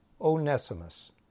Onesimus